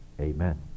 Amen